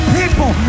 people